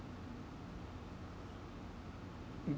mm